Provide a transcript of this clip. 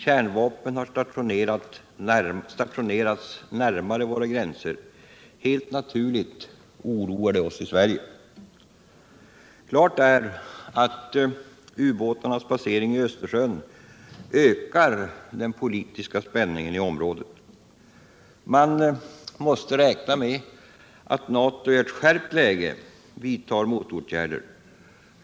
Kärnvapen har stationerats närmare våra gränser. Helt naturligt oroar detta oss i Sverige. Klart är att ubåtarnas basering i Östersjön ökar den politiska spänningen i området. Man måste räkna med att NATO i ett skärpt läge vidtar motåtgärder.